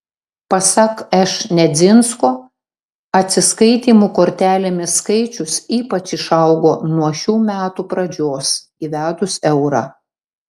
pasak š nedzinsko atsiskaitymų kortelėmis skaičius ypač išaugo nuo šių metų pradžios įvedus eurą